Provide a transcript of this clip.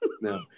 no